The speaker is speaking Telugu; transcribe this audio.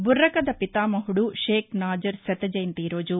బుర్రకథా పితామహుడు షేక్ నాజర్ శత జయంతి ఈ రోజు